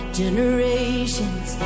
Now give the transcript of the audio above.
generations